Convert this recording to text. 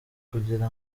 kugira